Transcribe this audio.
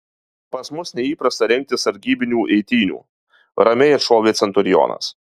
pas mus neįprasta rengti sargybinių eitynių ramiai atšovė centurionas